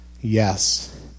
yes